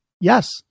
yes